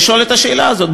לשאול את השאלה הזאת.